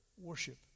worship